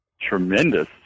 tremendous